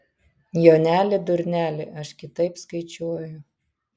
joneli durneli aš kitaip skaičiuoju